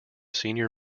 senior